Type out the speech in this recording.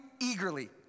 eagerly